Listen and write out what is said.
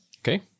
Okay